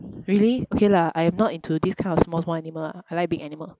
really okay lah I am not into this kind of small small animal lah I like big animal